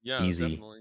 easy